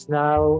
now